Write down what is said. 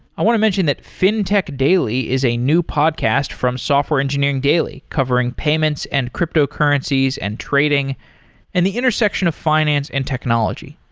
i want to mention that fintech daily is a new podcast from software engineering daily covering payments, and cryptocurrencies, and trading and the intersection of finance and technology.